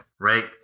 right